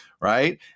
Right